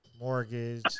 mortgage